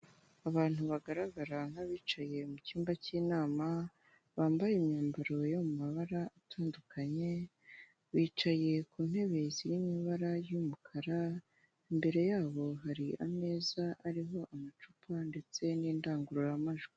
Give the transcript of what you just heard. Abantu bagaragara nk'abicaye mu cyumba k'inama, bambaye imyambaro yo mu mabara atandukanye, bicaye ku ntebe ziri mu ibara ry'umukara, imbere yabo hari ameza ariho amacupa ndetse n'indangururamajwi.